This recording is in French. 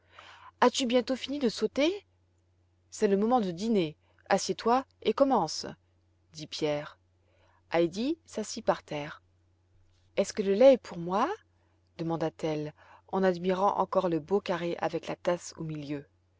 as-tu bientôt fini de sauter c'est le moment de dîner assieds-toi et commence dit pierre heidi s'assit par terre est-ce que le lait est pour moi demanda-t-elle en admirant encore le beau carré avec la tasse au milieu